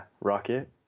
Rocket